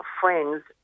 friends